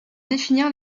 définir